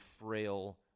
frail